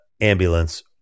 ambulance